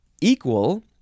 Equal